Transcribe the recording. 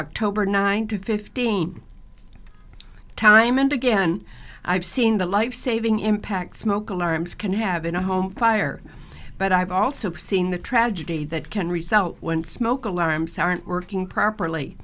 october ninth to fifteen time and again i've seen the life saving impact smoke alarms can have in a home fire but i've also seen the tragedy that can resell when smoke alarms aren't working properly